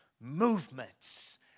movements